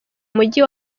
mujyi